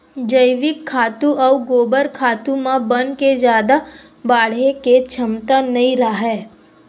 जइविक खातू अउ गोबर खातू म बन के जादा बाड़हे के छमता नइ राहय